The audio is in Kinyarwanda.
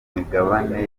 migabane